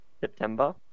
September